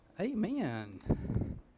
Amen